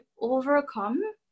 overcome